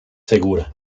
segura